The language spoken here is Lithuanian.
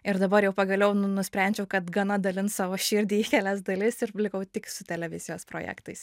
ir dabar jau pagaliau nu nusprendžiau kad gana dalint savo širdį į kelias dalis ir likau tik su televizijos projektais